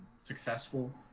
successful